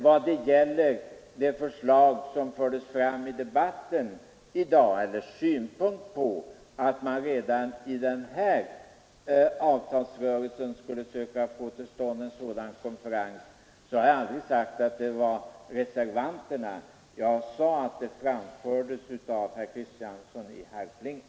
Vad gäller den synpunkt som förts fram i debatten i dag, att man redan i denna avtalsrörelse skulle söka få till stånd en sådan konferens, har jag aldrig sagt att det var reservanternas förslag — jag sade att herr Kristiansson i Harplinge hade förordat det.